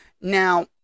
Now